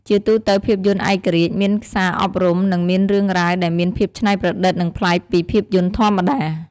ជាទូទៅភាពយន្តឯករាជ្យមានសារអប់រំ និង មានរឿងរ៉ាវដែលមានភាពច្នៃប្រឌិត និងប្លែកពីភាពយន្តធម្មតា។